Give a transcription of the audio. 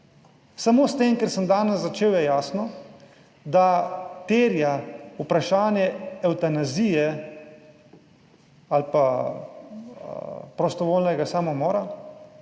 Samo s tem, kar sem danes začel, je jasno, da terja vprašanje evtanazije ali pa prostovoljnega samomora.